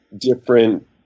different